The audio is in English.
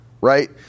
right